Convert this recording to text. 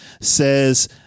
says